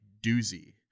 doozy